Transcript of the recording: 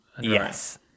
Yes